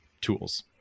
tools